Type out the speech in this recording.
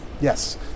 Yes